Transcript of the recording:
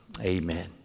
Amen